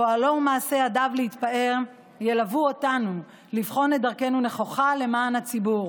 פועלו ומעשה ידיו להתפאר ילוו אותנו לבחון את דרכנו נכוחה למען הציבור,